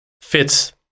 fits